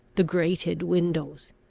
the grated windows,